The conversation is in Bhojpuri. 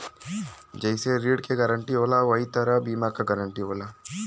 जइसे ऋण के गारंटी होला वही तरह बीमा क गारंटी होला